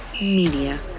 Media